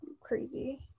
crazy